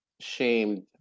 shamed